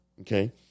Okay